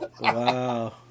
wow